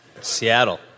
Seattle